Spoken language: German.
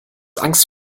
angst